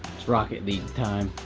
it's rocket league time.